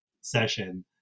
session